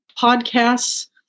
podcasts